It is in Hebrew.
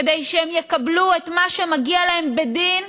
כדי שהם יקבלו את מה שמגיע להם בדין,